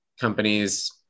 companies